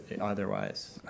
otherwise